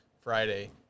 Friday